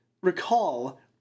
recall